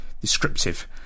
descriptive